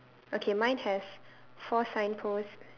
okay mine has four signposts